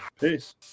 Peace